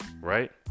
right